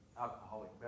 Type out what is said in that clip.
alcoholic